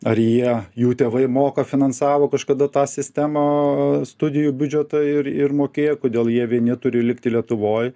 ar jie jų tėvai moka finansavo kažkada tą sistemą studijų biudžetą ir ir mokėjo kodėl jie vieni turi likti lietuvoj